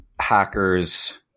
hackers